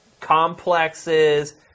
complexes